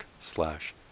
slash